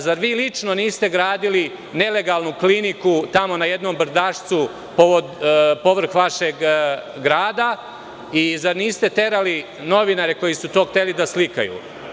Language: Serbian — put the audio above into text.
Zar vi lično niste gradili nelegalno kliniku, tamo na brdašcetu povfrh vašeg grada i zar niste terali novinare koji su to hteli da slikaju?